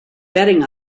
betting